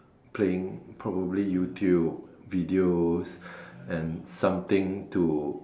playing probably YouTube videos and something to